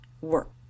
work